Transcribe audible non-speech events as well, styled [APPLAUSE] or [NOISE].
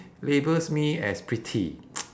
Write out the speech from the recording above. labels me as pretty [NOISE]